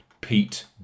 Pete